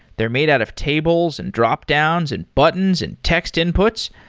they're made out of tables, and drop downs, and buttons, and text inputs.